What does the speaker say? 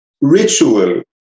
ritual